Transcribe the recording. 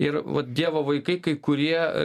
ir vat dievo vaikai kai kurie